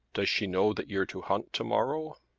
does she know that you're to hunt to-morrow?